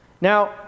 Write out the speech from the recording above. Now